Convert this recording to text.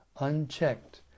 unchecked